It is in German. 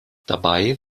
dabei